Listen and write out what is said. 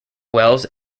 wells